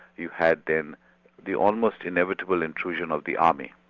you had then the almost inevitable intrusion of the army.